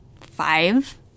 five